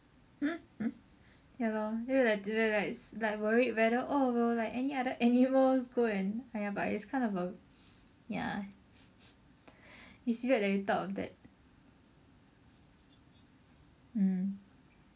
ya lor then we were like we were like worried whether oh will like any other animals go and !aiya! but it's kind of a ya it's weird that we thought of that mm